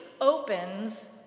opens